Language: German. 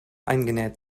eingenäht